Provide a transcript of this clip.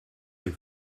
der